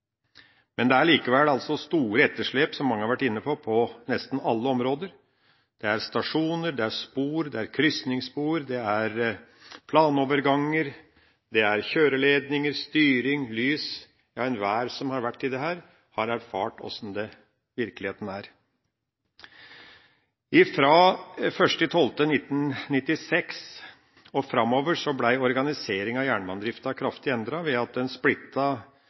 Men det er altså likevel store etterslep, som mange har vært inne på, på nesten alle områder: stasjoner, spor, krysningsspor, planoverganger, kjøreledninger, styring, lys – ja, enhver som har vært i dette, har erfart hvordan virkeligheten er. Fra 1. desember 1996 og framover ble organiseringa av jernbanedrifta kraftig endret ved at en